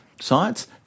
science